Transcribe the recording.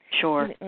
Sure